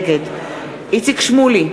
נגד איציק שמולי,